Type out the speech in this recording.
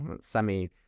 semi